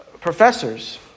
professors